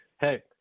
hey